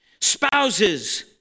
spouses